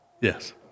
Yes